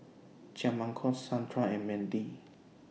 Jamarcus Sandra and Mandy